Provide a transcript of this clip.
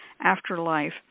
afterlife